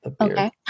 okay